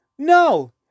No